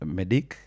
medic